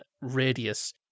radius